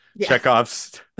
Chekhov's